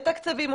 מתקצבים,